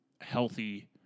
healthy